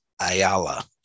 Ayala